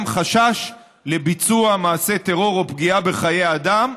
חשש לביצוע מעשה טרור או פגיעה בחיי אדם,